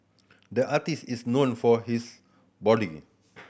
the artist is known for his